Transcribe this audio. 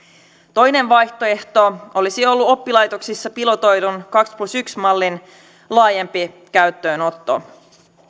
toinen vaihtoehto olisi ollut oppilaitoksissa pilotoidun kaksi plus yksi mallin laajempi käyttöönotto